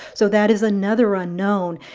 so that is another unknown.